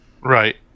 Right